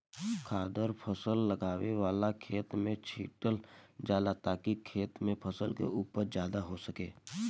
खादर फसल लगावे वाला खेत में छीटल जाला ताकि खेत में फसल के उपज ज्यादा हो सके